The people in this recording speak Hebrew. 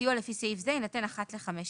סיוע לפי סעיף זה יינתן אחת לחמש שנים.